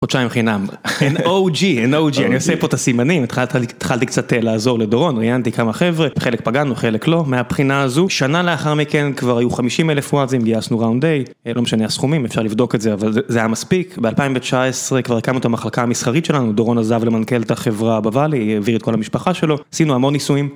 חודשיים חינם הם OG הם OG אני עושה פה את הסימנים התחלתי קצת לעזור לדורון ראיינתי כמה חברה חלק פגענו חלק לא מהבחינה הזו שנה לאחר מכן כבר היו חמישים אלף וואזים עשנו ראונד A, לא משנה הסכומים אפשר לבדוק את זה אבל זה היה מספיק ב-2019 כבר הקמנו את המחלקה המסחרית שלנו דורון עזב למנכ"ל את החברה בvalley העביר את כל המשפחה שלו עשינו המון ניסויים.